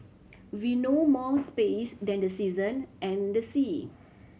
we know more space than the season and the sea